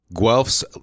Guelphs